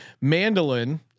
Mandolin